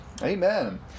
Amen